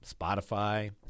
Spotify